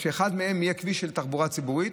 אחד מהם יהיה כביש של תחבורה ציבורית,